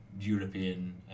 European